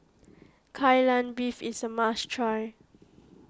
Kai Lan Beef is a must try